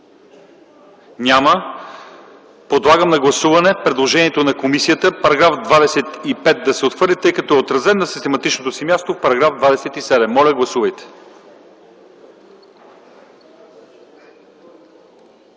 Няма. Подлагам на гласуване предложението на комисията § 25 да се отхвърли, тъй като е отразен на систематичното си място в § 27. Гласували